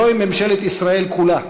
זוהי ממשלת ישראל כולה,